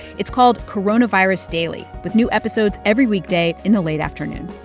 it's called coronavirus daily, with new episodes every weekday in the late afternoon